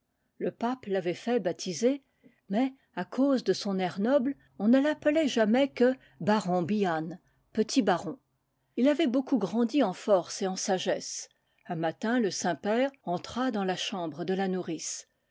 le pape l'avait fait baptiser mais à cause de son air noble on ne l'appelait jamais que baron bihan petit baron il avait beaucoup grandi en force et en sagesse un matin le saint-père entra dans la chambre de la nourrice